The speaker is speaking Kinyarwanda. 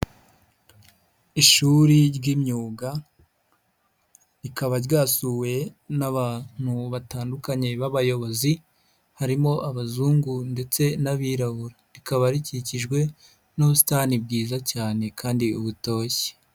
Ishuri ry'imyuga rikaba ryasuwe n'abantu batandukanye b'abayobozi harimo abazungu ndetse n'abirabura, rikaba rikikijwe n'ubusitani bwiza cyane kandi butoshye.